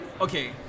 okay